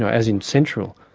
as in central,